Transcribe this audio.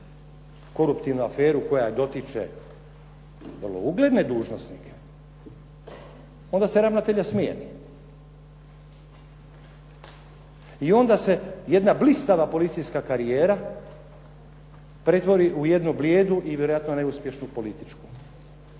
koruptivnu aferu koja dotiče vrlo ugledne dužnosnike, onda se ravnatelja smjeni. I onda se jedna blistava policijska karijera pretvori u jednu blijedu i vjerojatno ne uspješnu političku,